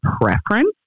preference